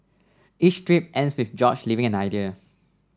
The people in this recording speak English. each strip ends with George leaving an idea